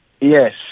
yes